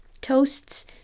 Toasts